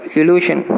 illusion